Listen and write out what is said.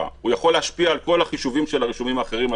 יכול להשפיע על כל החישובים של הרישומים האחרים,